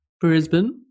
Brisbane